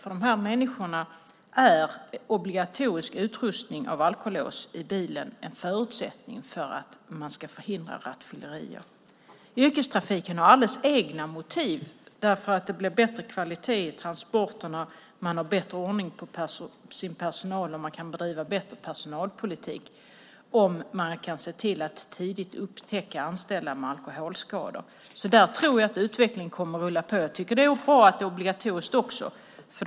För dessa människor är obligatorisk utrustning med alkolås i bilen en förutsättning för att rattfylleri ska förhindras. Yrkestrafiken har alldeles egna motiv därför att det blir bättre kvalitet i transporterna, och man har bättre ordning på sin personal och man kan bedriva en bättre personalpolitik om man kan se till att tidigt upptäcka anställda med alkoholskador. Där tror jag att utvecklingen kommer att rulla på. Jag tycker också att det är bra att det är obligatoriskt.